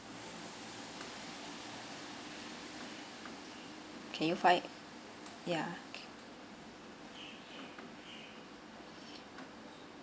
can you find ya